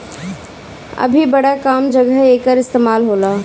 अभी बड़ा कम जघे एकर इस्तेमाल होला